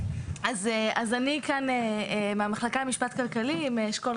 אשכול רגולציה.